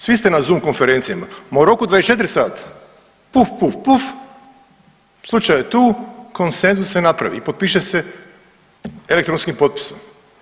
Svi ste na zoom konferencijama, ma u roku 24 sata puf, puf, puf slučaje tu konsenzus se napravi i potpiše se elektronskim potpisom.